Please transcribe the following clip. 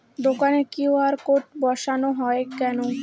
দোকানে QR code বসানো হয় কেন?